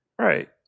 Right